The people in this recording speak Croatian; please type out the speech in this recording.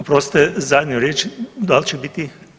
Oprostite, zadnju riječ, da li će biti?